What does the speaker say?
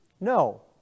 No